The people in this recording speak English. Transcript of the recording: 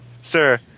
Sir